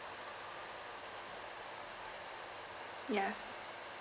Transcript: yes